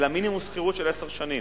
אלא מינימום שכירות של עשר שנים.